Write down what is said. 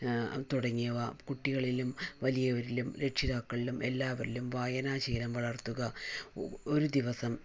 തുടങ്ങിയവ കുട്ടികളിലും വലിയവരിലും രക്ഷിതാക്കളിലും എല്ലാവരിലും വായനാശീലം വളർത്തുക ഒരു ദിവസം